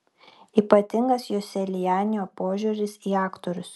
ypatingas joselianio požiūris į aktorius